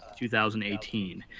2018